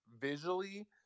Visually